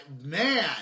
Man